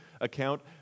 account